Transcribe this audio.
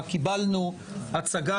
דיברו על קצב ההכפלה